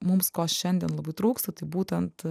mums ko šiandien labai trūksta tai būtent